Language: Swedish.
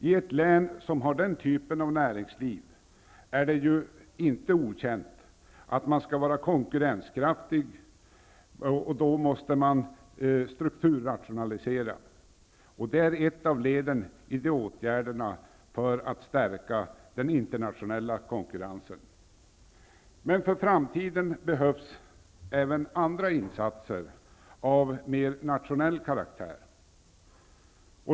I ett län som har den typen av näringsliv är det inte okänt, att om man skall vara konkurrenskraftig måste man strukturrationalisera. Det är ett av leden i åtgärderna för att stärka den internationella konkurrensen. Men för framtiden behövs även andra insatser av mer nationell karaktär.